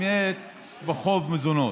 למעט חוב מזונות.